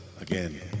again